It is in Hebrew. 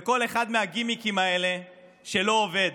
כל אחד מהגימיקים האלה שלא עובד,